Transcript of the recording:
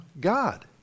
God